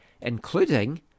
including